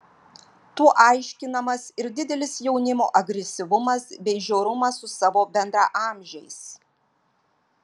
tuo aiškinamas ir didelis jaunimo agresyvumas bei žiaurumas su savo bendraamžiais